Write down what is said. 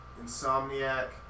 Insomniac